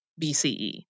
bce